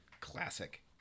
Classic